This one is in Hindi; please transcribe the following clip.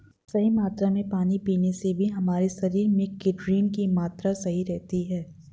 सही मात्रा में पानी पीने से भी हमारे शरीर में केराटिन की मात्रा सही रहती है